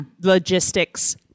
Logistics